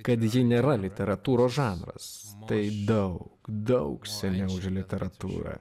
kad ji nėra literatūros žanras tai daug daug seniau už literatūrą